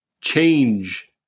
change